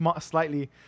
slightly